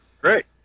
Great